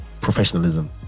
professionalism